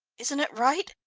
isn't it right?